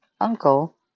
uncle